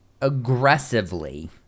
aggressively